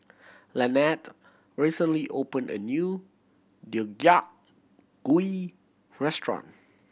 Lanette recently opened a new Deodeok Gui restaurant